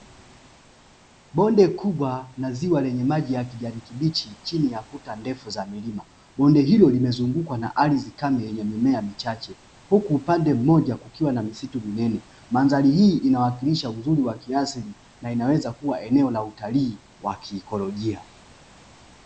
Bonde kubwa la ziwa lenye maji ya kijani kibichi chini ya kuta ndefu za milima. Bonde hilo limezungukwa na ardhi kame yenye mimea michache huku upande mmoja kukiwa na misitu minene. Mandhari hii inawakilisha uzuri wa kiasili na inaweza kuwa eneo la kiutalii wa kiekolojia.